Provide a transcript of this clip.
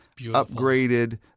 upgraded